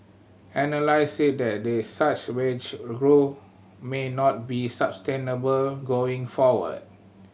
analyst said that the such wage growth may not be sustainable going forward